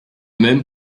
même